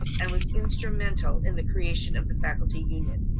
and was instrumental in the creation of the faculty union.